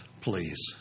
please